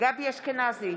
גבי אשכנזי,